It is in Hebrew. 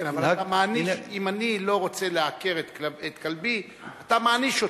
אם אני לא רוצה לעקר את כלבי, אתה מעניש אותי.